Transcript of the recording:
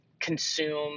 consume